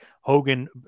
Hogan